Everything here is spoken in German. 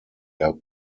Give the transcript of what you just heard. der